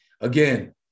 again